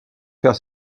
faire